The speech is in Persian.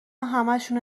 همشونو